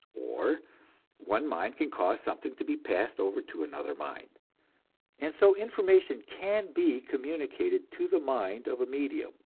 or one mind can cause something to be passed over to another mind and so information can be communicated to the mind of a medium,